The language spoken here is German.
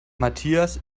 matthias